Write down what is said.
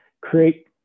create